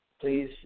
please